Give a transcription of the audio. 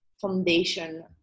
foundation